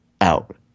out